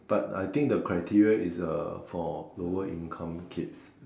but I think the criteria is uh for lower income kids